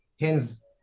Hence